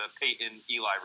Peyton-Eli